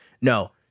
No